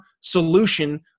solution